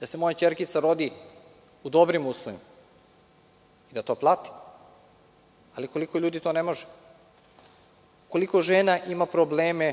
da se moja ćerkica rodi u dobrim uslovima, da to platim, ali koliko ljudi to ne može? Koliko žena ima problema